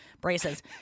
braces